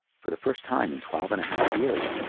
for the first time in twelve and a half years,